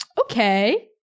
Okay